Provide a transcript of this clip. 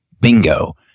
bingo